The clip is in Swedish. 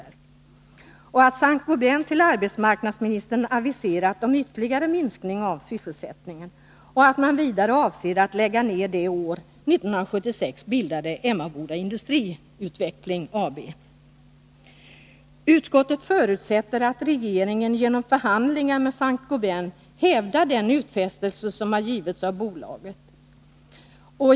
Vidare konstateras att Saint-Gobin aviserat arbetsmarknadsministern om ytterligare minskning av sysselsättningen och att man avser att lägga ner det år 1976 bildade Emmaboda Industriutveckling AB. Utskottet förutsätter att regeringen genom förhandlingar med Saint Gobin hävdar den utfästelse som har givits av bolaget.